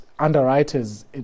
underwriters